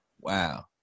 wow